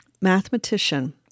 mathematician